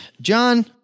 John